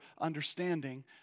understanding